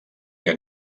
que